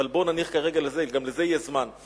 אבל בוא ונניח כרגע לזה, גם לזה יהיה זמן.